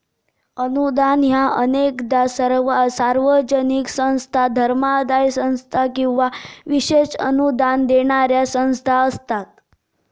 अनुदान ह्या अनेकदा सार्वजनिक संस्था, धर्मादाय संस्था किंवा विशेष अनुदान देणारा संस्था असता